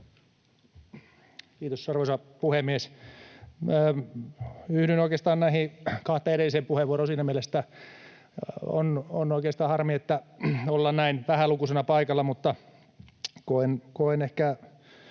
Kiitos, arvoisa puhemies! Yhdyn oikeastaan näihin kahteen edelliseen puheenvuoroon siinä mielessä, että on oikeastaan harmi, että ollaan näin vähälukuisena paikalla. Mutta koen ehkä